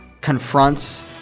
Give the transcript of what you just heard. confronts